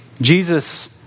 Jesus